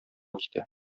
китә